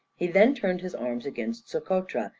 he then turned his arms against socotra,